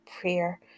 prayer